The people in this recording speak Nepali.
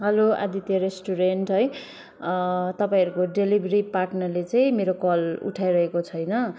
हेलो आदित्य रेस्टुरेन्ट है तपाईँहरूको डेलिभरी पार्टनरले चाहिँ मेरो कल उठाइरहेको छैन